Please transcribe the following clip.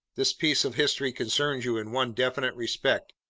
this piece of history concerns you in one definite respect,